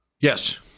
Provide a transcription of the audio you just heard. Yes